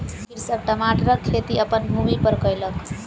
कृषक टमाटरक खेती अपन भूमि पर कयलक